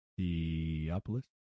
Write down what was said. Theopolis